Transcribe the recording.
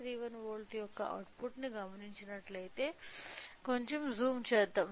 31 volt యొక్క అవుట్పుట్ను గమనించినట్లయితే కొంచెం జూమ్ చేద్దాం